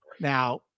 Now